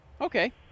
okay